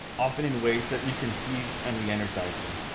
often in ways that we can save and re-energize them.